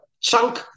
chunk